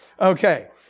Okay